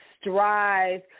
strive